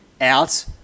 out